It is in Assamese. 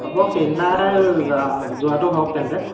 হ'ব সেইদিনাই যা যোৱাটো হওক তেন্তে